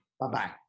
Bye-bye